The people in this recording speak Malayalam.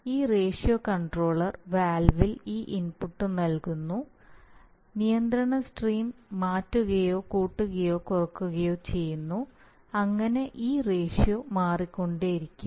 ഈ റേഷ്യോ കൺട്രോളർ വാൽവിൽ ഈ ഇൻപുട്ട് നൽകുന്നു അതിനാൽ നിയന്ത്രണ സ്ട്രീം മാറ്റുകയോ കൂട്ടുകയോ കുറയ്ക്കുകയോ ചെയ്യുന്നു അങ്ങനെ ഈ റേഷ്യോ മാറിക്കൊണ്ടിരിക്കും